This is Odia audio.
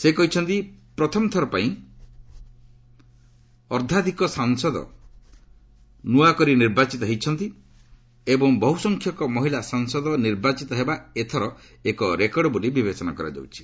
ସେ କହିଛନ୍ତି ପ୍ରଥମଥର ପାଇଁ ଅର୍ଦ୍ଧାଧିକ ସାଂସଦ ନିର୍ବାଚିତ ହୋଇଛନ୍ତି ଏବଂ ବହୁସଂଖ୍ୟକ ମହିଳା ସାଂସଦ ନିର୍ବାଚିତ ହେବା ଏଥର ଏକ ରେକର୍ଡ ବୋଲି ବିବେଚନା କରାଯାଉଛି